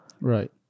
Right